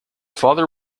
father